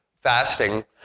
fasting